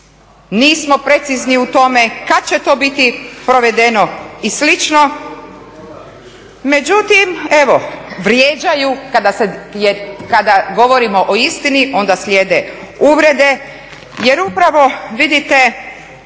nismo precizni u tome kad će to biti provedeno i slično. Međutim, evo vrijeđaju kada govorimo o istini onda slijede uvrede jer upravo vidite